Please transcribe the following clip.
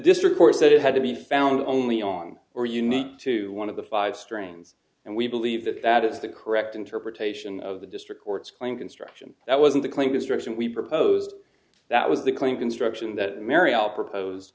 district court said it had to be found only on or unique to one of the five strains and we believe that that is the correct interpretation of the district court's claim construction that wasn't the claim destruction we proposed that was the claim construction that mary l propose